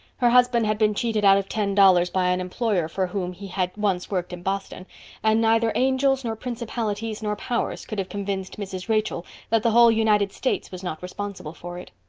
her husband had been cheated out of ten dollars by an employer for whom he had once worked in boston and neither angels nor principalities nor powers could have convinced mrs. rachel that the whole united states was not responsible for it.